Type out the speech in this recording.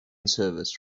service